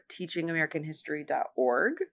teachingamericanhistory.org